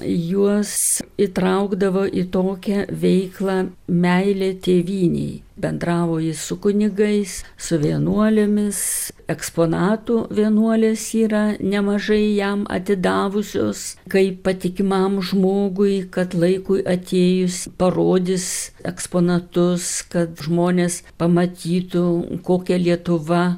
juos įtraukdavo į tokią veiklą meilė tėvynei bendravo ir su kunigais su vienuolėmis eksponatų vienuolės yra nemažai jam atidavusios kaip patikimam žmogui kad laikui atėjus parodys eksponatus kad žmonės pamatytų kokia lietuva